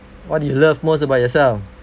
what do you love most about yourself